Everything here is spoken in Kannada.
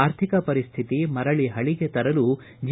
ಆರ್ಥಿಕ ಪರಿಶ್ಶಿತಿ ಮರಳ ಹಳಗೆ ತರಲು ಜಿ